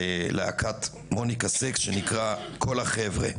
להקת מוניקה סקס זה נקרא "כל החבר'ה".